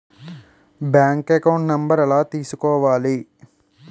Bank account number ఎలా తీసుకోవాలి?